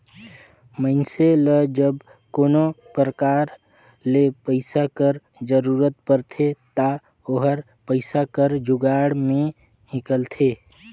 मइनसे ल जब कोनो परकार ले पइसा कर जरूरत परथे ता ओहर पइसा कर जुगाड़ में हिंकलथे